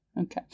Okay